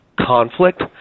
conflict